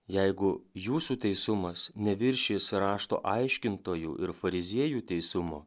jeigu jūsų teisumas neviršys rašto aiškintojų ir fariziejų teisumo